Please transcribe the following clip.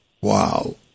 Wow